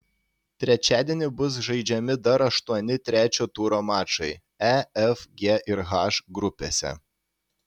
trečiadienį bus žaidžiami dar aštuoni trečio turo mačai e f g ir h grupėse